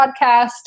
podcast